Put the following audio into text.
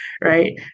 right